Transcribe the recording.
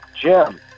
Jim